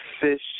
fish